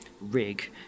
rig